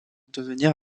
devenir